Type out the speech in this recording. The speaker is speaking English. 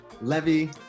Levy